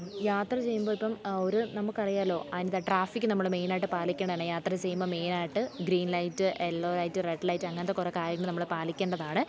യാത്ര ചെയ്യുമ്പം ഇപ്പം ഒരു നമുക്കറിയാമല്ലോ അതിൻ്റെ ട്രാഫിക്ക് നമ്മൾ മെയിനായിട്ടു പാലിക്കണമെന്നു യാത്ര ചെയ്യുമ്പം മെയിനായിട്ട് green light yellow light red light അങ്ങനത്തെ കുറേ കാര്യങ്ങൾ നമ്മൾ പാലിക്കേണ്ടതാണ്